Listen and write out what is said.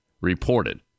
reported